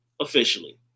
officially